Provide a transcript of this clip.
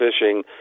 fishing